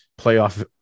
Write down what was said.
playoff